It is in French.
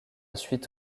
suite